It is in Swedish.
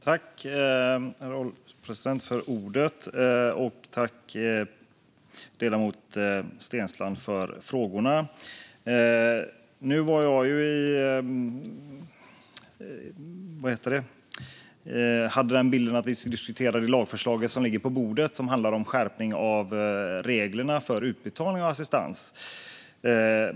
Herr ålderspresident! Tack, ledamoten Steensland, för frågorna! Jag hade bilden av att vi skulle diskutera det lagförslag som ligger på bordet och som handlar om en skärpning av reglerna för utbetalning av assistans.